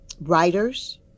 writers